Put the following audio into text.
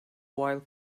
while